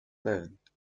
lived